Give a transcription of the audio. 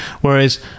Whereas